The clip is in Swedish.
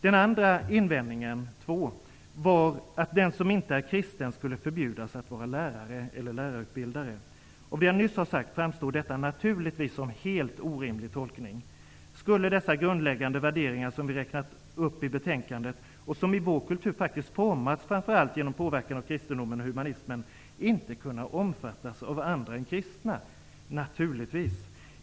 Den andra invändningen var att den som inte är kristen skulle förbjudas att vara lärare eller lärarutbildare. Av det jag nyss sagt framstår detta naturligtvis som en helt orimlig tolkning. Skulle dessa grundläggande värderingar som vi räknat upp i betänkandet och som i vår kultur faktiskt formats framför allt genom påverkan av kristendomen och humanismen inte kunna omfattas av andra än kristna? Naturligtvis.